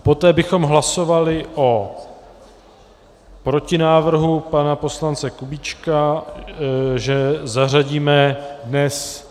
Poté bychom hlasovali o protinávrhu pana poslance Kubíčka, že zařadíme dnes...